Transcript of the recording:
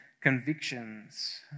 convictions